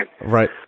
Right